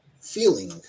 feeling